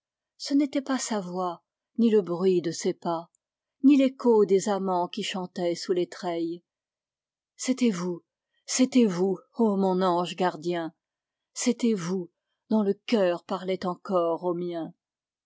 ce n'était pas sa voix ni le bruit de ses pas ni l'écho des amans qui chantaient sous les treilles c'était vous c'était vous ô mon ange gardien c'était vous dont le cœur parlait encore au mien